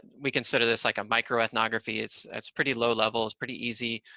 and we consider this like a microethnography. it's, it's pretty low level. it's pretty easy,